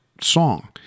song